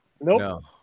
Nope